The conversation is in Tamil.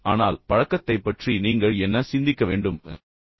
ஆனால் பழக்கத்தைப் பற்றி நீங்கள் என்ன சிந்திக்க வேண்டும் என்று நான் விரும்புகிறேன்